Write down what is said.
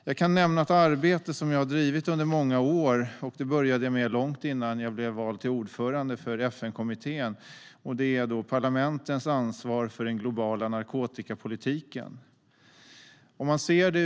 Jag kan nämna ett arbete som jag har drivit under många år, och det började jag med långt innan jag blev vald till ordförande för FN-kommittén, och det är parlamentens ansvar för den globala narkotikapolitiken.